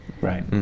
Right